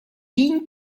wien